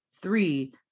three